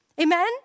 Amen